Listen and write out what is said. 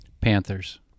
Panthers